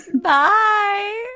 Bye